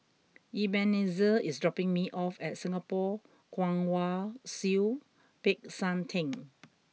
Ebenezer is dropping me off at Singapore Kwong Wai Siew Peck San Theng